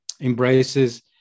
embraces